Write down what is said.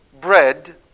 bread